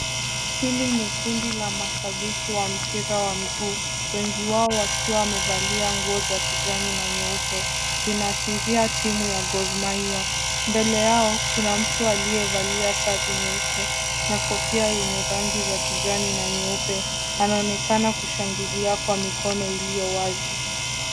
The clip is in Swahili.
Hili ni kundi la mashabiki wa mpira wa miguu, wengi wao wakiwa wamevalia nguo za kijani na nyeupe. Zinaashiria timu ya Gor Mahia. Mbele yao, kuna mtu aliyevalia sare nyeupe na kofia yenye rangi za kijani na nyeupe anaonekana kushangilia kwa mikono iliyowazi.